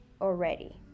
already